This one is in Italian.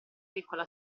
piccola